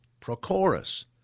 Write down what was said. Prochorus